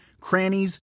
crannies